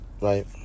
Right